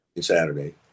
Saturday